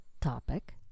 topic